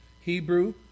Hebrew